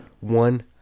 One